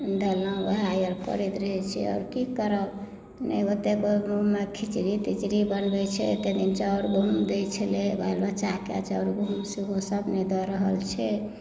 देलहुँ उएह आओर करैत रहैत छी आओर की करब नहि ओतेक खिचड़ी तिचड़ी बनबैत छै एतेक दिन चाउर गहुँम दैत छलै बाल बच्चाकेँ चाउर गहुँम सेहोसभ नहि दऽ रहल छै